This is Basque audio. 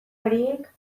horiek